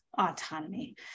autonomy